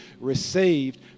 received